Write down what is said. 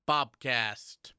Bobcast